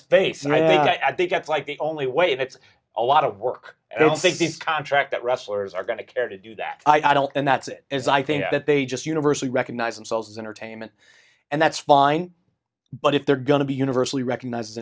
space and i think that's like the only way that's a lot of work i don't think this contract that wrestlers are going to care to do that i don't and that's it is i think that they just universally recognize themselves as entertainment and that's fine but if they're going to be universally recognize